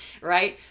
right